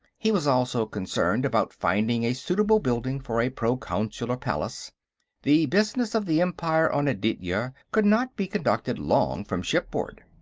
he was also concerned about finding a suitable building for a proconsular palace the business of the empire on aditya could not be conducted long from shipboard.